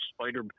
Spider